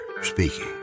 speaking